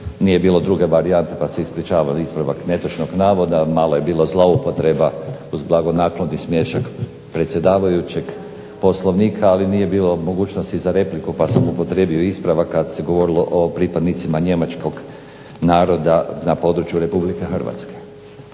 nije bilo druge varijante pa se ispričavam ispravak netočnog navoda, malo je bila zloupotreba, uz blagonakloni smiješak predsjedavajućeg, Poslovnika, ali nije bilo mogućnosti za repliku pa sam upotrijebio ispravak kad se govorilo o pripadnicima njemačkog naroda na području RH. Jer ako